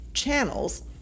channels